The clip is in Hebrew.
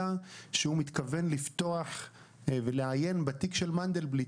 שהוא מתכוון לעיין בתיק של מנדלבליט.